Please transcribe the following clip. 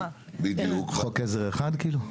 חוק עזר אחד כאילו?